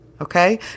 Okay